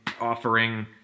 offering